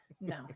No